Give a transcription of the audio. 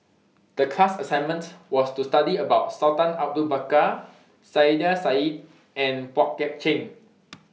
The class assignment was to study about Sultan Abu Bakar Saiedah Said and Pang Guek Cheng